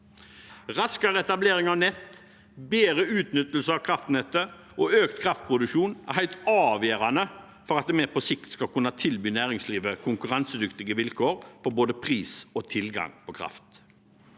Raskere etablering av nett, bedre utnyttelse av kraftnettet og økt kraftproduksjon er helt avgjørende for at vi på sikt skal kunne tilby næringslivet konkurransedyktige vilkår på både pris og tilgang på kraft.